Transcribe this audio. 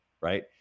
right